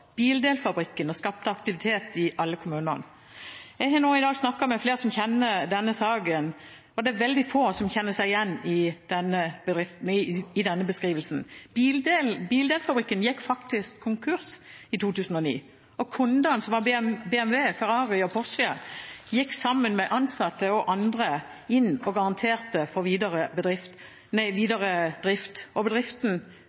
Bildelfabrikken og skapte aktivitet i alle kommunene.» Jeg har nå i dag snakket med flere som kjenner denne saken, og det er veldig få som kjenner seg igjen i denne beskrivelsen. Bildelfabrikken gikk faktisk konkurs i 2009. Kundene, som var BMW, Ferrari og Porsche, gikk sammen med ansatte og andre inn og garanterte for videre